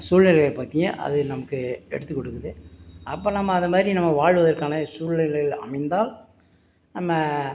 சூழ்நிலைகளை பற்றியும் அது நமக்கு எடுத்து கொடுக்குது அப்போ நம்ம அது மாதிரி நம்ம வாழ்வதற்கான சூழ்நிலைகள் அமைந்தால் நம்ம